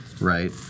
Right